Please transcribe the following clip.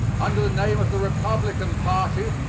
under the name of the republican party,